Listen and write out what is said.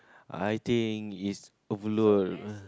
I think is overload